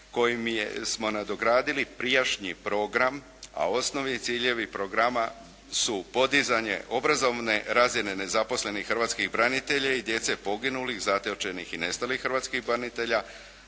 kojim smo nadogradili prijašnji program a osnovni ciljevi programa su podizanje obrazovne razine nezaposlenih hrvatskih branitelja i djece poginulih, zatočenih i nestalih hrvatskih branitelja,